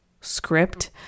script